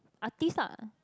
artist lah